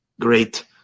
great